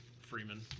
Freeman